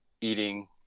eating